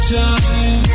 time